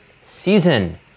season